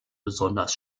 besonders